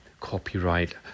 copyright